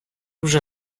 вже